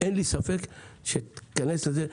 אין לי ספק שתיכנס לזה.